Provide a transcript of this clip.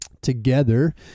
together